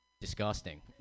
disgusting